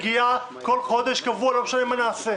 שמגיעה בכל חודש באופן קבוע, לא משנה מה נעשה.